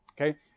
okay